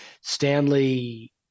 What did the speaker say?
Stanley